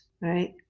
right